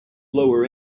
lower